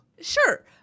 sure